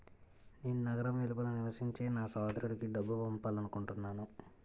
నేను నగరం వెలుపల నివసించే నా సోదరుడికి డబ్బు పంపాలనుకుంటున్నాను